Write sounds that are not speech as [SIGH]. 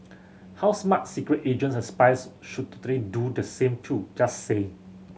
how smart secret agents and spies should [UNINTELLIGIBLE] do the same too just saying